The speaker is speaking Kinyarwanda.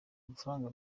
amafaranga